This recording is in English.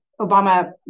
Obama